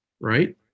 right